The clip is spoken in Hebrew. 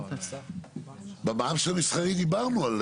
במע"מ של המסחרי, דיברנו.